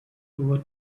over